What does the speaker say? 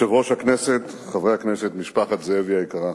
יושב-ראש הכנסת, חברי הכנסת, משפחת זאבי היקרה,